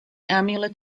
amulet